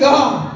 God